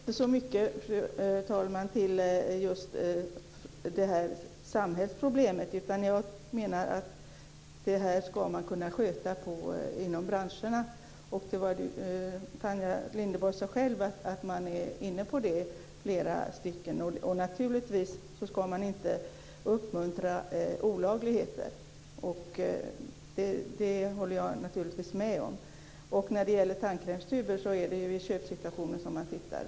Fru talman! Min kritik gäller inte så mycket just det här samhällsproblemet. Jag menar att det här ska man kunna sköta inom branscherna. Tanja Linderborg sade själv att många är inne på det. Naturligtvis ska man inte uppmuntra olagligheter, det håller jag förstås med om. När det gäller tandkrämstuber är det ju i köpsituationen som man tittar.